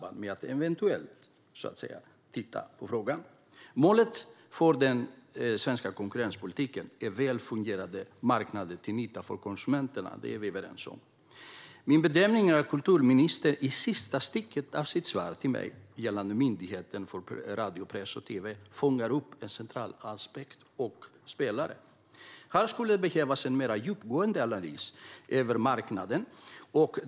Målet för den svenska konkurrenspolitiken är väl fungerande marknader till nytta för konsumenterna; det är vi överens om. Min bedömning är att kulturministern i sista stycket av sitt svar till mig, gällande Myndigheten för press, radio och tv, fångar upp en central aspekt och spelare. Här skulle behövas en mer djupgående analys av marknaden.